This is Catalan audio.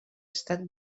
estat